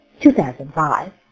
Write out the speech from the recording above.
2005